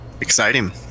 Exciting